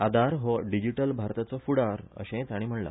आधार हो डिजीटल भारताचो फुडार अशेंय ताणी म्हणला